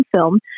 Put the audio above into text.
film